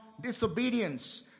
disobedience